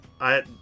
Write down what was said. I-